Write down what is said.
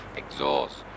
exhaust